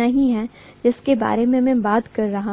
नहीं है जिसके बारे में मैं बात कर रहा हूं